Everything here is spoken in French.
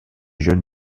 jeunes